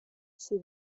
she